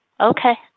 Okay